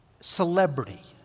Celebrity